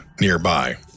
nearby